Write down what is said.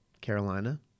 Carolina